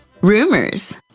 rumors